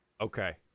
Okay